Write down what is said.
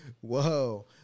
Whoa